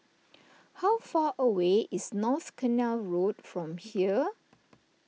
how far away is North Canal Road from here